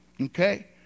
Okay